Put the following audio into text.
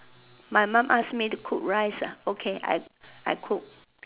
my mum ask me to cook rice ah okay I I cook